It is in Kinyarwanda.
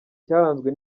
cyaranzwe